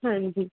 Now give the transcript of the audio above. हाँ जी